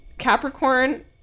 Capricorn